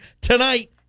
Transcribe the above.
tonight